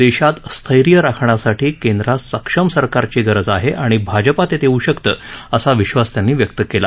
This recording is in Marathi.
देशात स्थैर्य राखण्यासाठी केंद्रात सक्षम सरकारची गरज आहे आणि भाजपा ते देऊ शकतं असा विक्षास त्यांनी व्यक्त केला